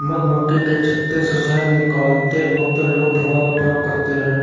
मधुमक्खी के छत्ते से शहद निकलते वक्त लोग धुआं का प्रयोग करते हैं